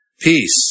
Peace